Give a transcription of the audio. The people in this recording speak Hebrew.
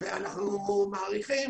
אנחנו מעריכים